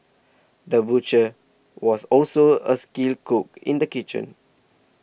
the butcher was also a skilled cook in the kitchen